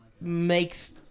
Makes